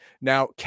Now